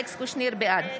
בעד